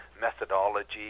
methodology